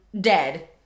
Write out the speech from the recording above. Dead